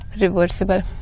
reversible